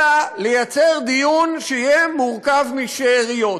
אלא לייצר דיון שיהיה מורכב משאריות.